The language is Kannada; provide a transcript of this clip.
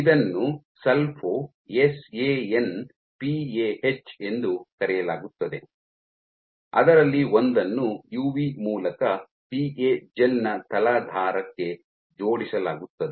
ಇದನ್ನು ಸಲ್ಫೊ ಎಸ್ಎಎನ್ ಪಿಎಚ್ಎ ಎಂದು ಕರೆಯಲಾಗುತ್ತದೆ ಅದರಲ್ಲಿ ಒಂದನ್ನು ಯುವಿ ಮೂಲಕ ಪಿಎ ಜೆಲ್ ನ ತಲಾಧಾರಕ್ಕೆ ಜೋಡಿಸಲಾಗುತ್ತದೆ